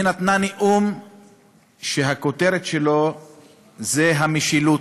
היא נתנה נאום שהכותרת שלו היא המשילות.